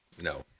No